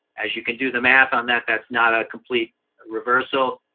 as you can do the math on that, that's not a complete reversal.